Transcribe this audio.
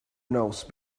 nose